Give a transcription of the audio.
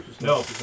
no